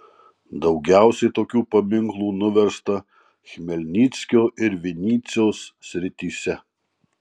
daugiausiai tokių paminklų nuversta chmelnyckio ir vinycios srityse